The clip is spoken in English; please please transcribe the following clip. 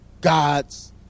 God's